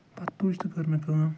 پتہٕ تُج تہٕ کٔر مےٚ کٲم